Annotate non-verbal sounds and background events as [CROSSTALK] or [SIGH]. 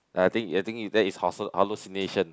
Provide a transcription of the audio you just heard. I think I think [NOISE] that is hallu~ hallucination